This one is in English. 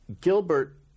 Gilbert